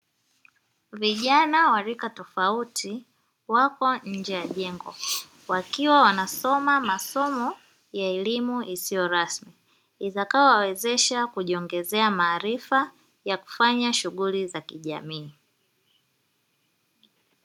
Vijana wa rika tofauti wapo nje ya jengo wakiwa wanasoma masomo ya elimu isio rasmi, itakayowasaidia kujiongezea maarifa ya kufanya shughuli za kijamii.